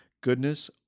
goodness